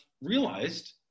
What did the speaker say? realized